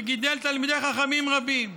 שגידל תלמידי חכמים רבים.